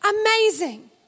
Amazing